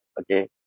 okay